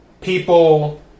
people